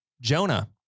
Jonah